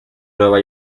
nueva